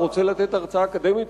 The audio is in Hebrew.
רוצה לתת הרצאה אקדמית,